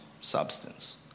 Substance